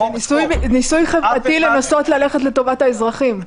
-- ניסוי חברתי לנסות ללכת לטובת האזרחים.